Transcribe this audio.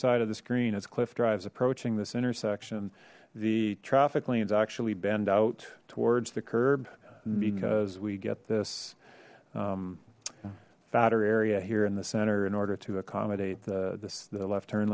side of the screen as cliff drives approaching this intersection the traffic lanes actually bend out towards the curb because we get this fatter area here in the center in order to accommodate the the left turn